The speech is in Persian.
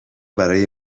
برای